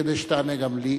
כדי שתענה גם לי,